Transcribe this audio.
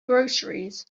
groceries